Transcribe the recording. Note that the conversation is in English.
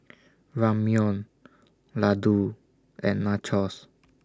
Ramyeon Ladoo and Nachos